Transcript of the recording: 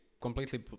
completely